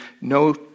no